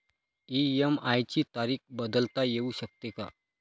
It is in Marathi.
इ.एम.आय ची तारीख बदलता येऊ शकते का?